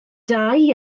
dau